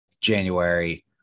January